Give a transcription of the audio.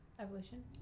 Evolution